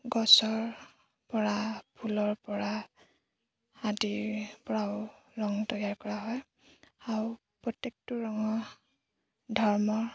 গছৰ পৰা ফুলৰ পৰা আদিৰ পৰাও ৰং তৈয়াৰ কৰা হয় আৰু প্ৰত্যেকটো ৰঙৰ ধৰ্মৰ